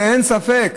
אין ספק,